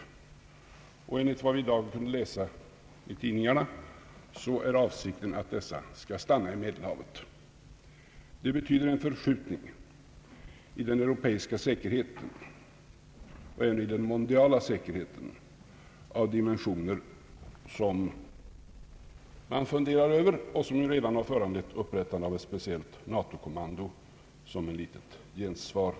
Enligt vad vi kunde läsa i dagens tidningar är avsikten att dessa krigsskepp skall stanna i Medelhavet. Detta betyder en förskjutning i den europeiska säkerheten, och även den mondiala säkerheten, av dimensioner som man funderar över och som ju redan har föranlett upprättande av ett speciellt NATO-kommando i Medelhavet, som ett litet gensvar.